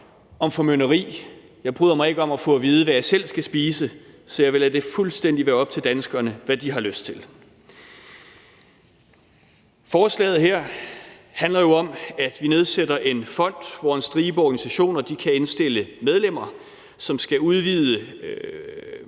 om formynderi, jeg bryder mig ikke om at få at vide, hvad jeg selv skal spise, så jeg vil lade det være fuldstændig op til danskerne, hvad de har lyst til. Forslaget her handler jo om, at vi nedsætter en fond, hvor en stribe organisationer kan indstille medlemmer, som skal udvide